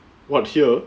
what here